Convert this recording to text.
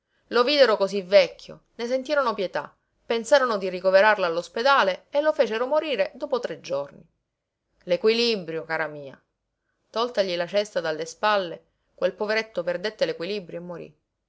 lo videro cosí vecchio ne sentirono pietà pensarono di ricoverarlo all'ospedale e lo fecero morire dopo tre giorni l'equilibrio cara mia toltagli la cesta dalle spalle quel poveretto perdette l'equilibrio e morí